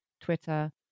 twitter